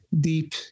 deep